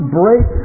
break